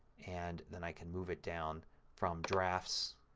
and then i can move it down from drafts